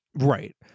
Right